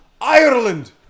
Ireland